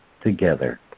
together